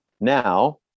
now